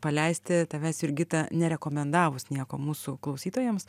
paleisti tavęs jurgita nerekomendavus nieko mūsų klausytojams